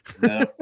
No